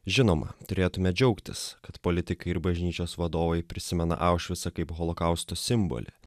žinoma turėtume džiaugtis kad politikai ir bažnyčios vadovai prisimena aušvicą kaip holokausto simbolį